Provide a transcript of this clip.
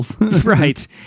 Right